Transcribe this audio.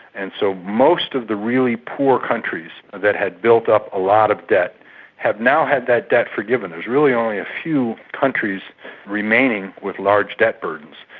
and so most of the really poor countries that had built up a lot of debt have now had that debt forgiven. there's really only a few countries remaining with large debt burdens,